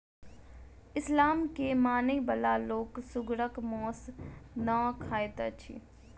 इस्लाम के मानय बला लोक सुगरक मौस नै खाइत अछि